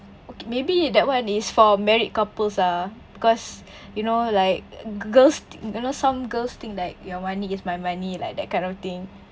okay maybe that [one] is for married couples ah cause you know like girls you know some girls think like your money is my money like that kind of thing